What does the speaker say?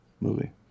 movie